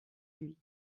lui